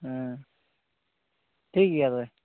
ᱦᱮᱸ ᱴᱷᱤᱠ ᱜᱮᱭᱟ ᱛᱚᱵᱮ